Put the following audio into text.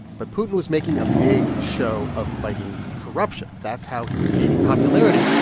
but putin was making a big show of fighting corruption. that's how he was gaining popularity.